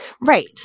Right